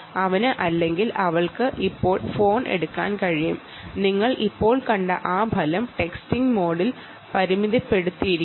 അവന് ഇപ്പോൾ ഫോൺ എടുക്കാൻ കഴിയും നിങ്ങൾ ഇപ്പോൾ കണ്ട ആ ഫലം ടെക്സ്റ്റിംഗ് മോഡിൽ പരിമിതപ്പെടുത്തിയിരിക്കുന്നു